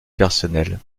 personnel